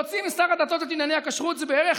להוציא משר הדתות את ענייני הכשרות זה בערך,